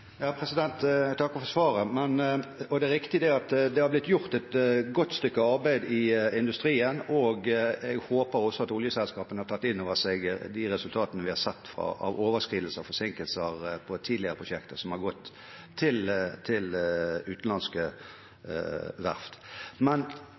Jeg takker for svaret. Det er riktig at det har blitt gjort et godt stykke arbeid i industrien, og jeg håper at oljeselskapene har tatt inn over seg de resultatene vi har sett, med overskridelser og forsinkelser på tidligere prosjekter som har gått til utenlandske